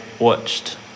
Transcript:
watched